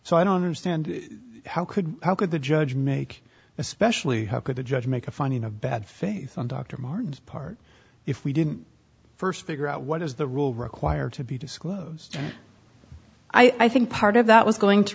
so i don't understand how could how could the judge make especially how could a judge make a finding of bad faith on dr martin's part if we didn't first figure out what is the rule required to be disclosed i think part of that was going to